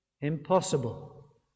impossible